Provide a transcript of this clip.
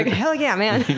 hell yeh, man!